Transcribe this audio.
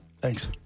Thanks